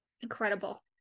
incredible